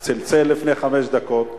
והוא צלצל לפני חמש דקות.